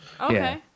Okay